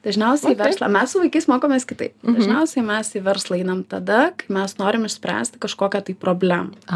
dažniausiai verslą mes su vaikais mokomės kitaip dažniausiai mes į verslą einam tada kai mes norim išspręsti kažkokią tai problemą